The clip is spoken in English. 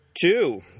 two